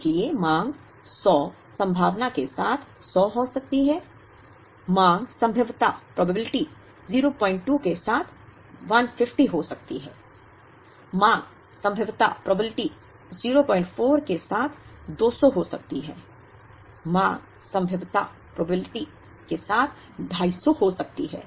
इसलिए मांग 100 संभावना के साथ 100 हो सकती है मांग संभाव्यता प्रोबेबिलिटी 02 के साथ 150 हो सकती है मांग संभाव्यता 04 के साथ 200 हो सकती है मांग संभाव्यता के साथ 250 हो सकती है